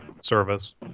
service